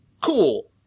Cool